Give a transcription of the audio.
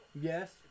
Yes